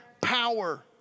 power